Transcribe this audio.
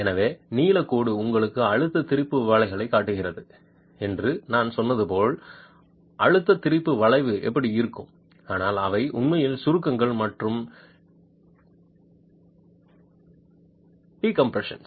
எனவே நீலக் கோடு உங்களுக்கு அழுத்த திரிபு வளைவைக் காட்டுகிறது என்று நான் சொன்னது போல் அழுத்த திரிபு வளைவு எப்படி இருக்கும் ஆனால் இவை உண்மையில் சுருக்கங்கள் மற்றும் டிகம்பரஷ்ஷன்